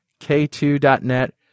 K2.NET